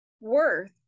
Worth